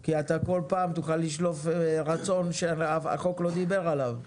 כי אנחנו כל פעם תוכל לשלוף רצון שהחוק לא דיבר עליו.